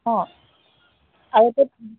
অঁ আৰু